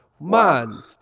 Man